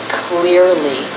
clearly